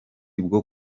bwo